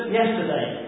yesterday